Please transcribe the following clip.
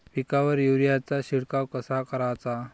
पिकावर युरीया चा शिडकाव कसा कराचा?